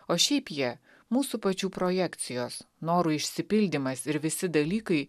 o šiaip jie mūsų pačių projekcijos norų išsipildymas ir visi dalykai